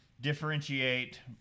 differentiate